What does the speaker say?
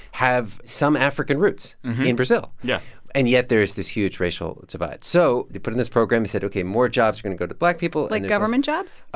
have some african roots in brazil yeah and yet there is this huge racial divide. so they put in this program. they said, ok, more jobs are going to go to black people. like, government jobs?